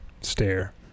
stare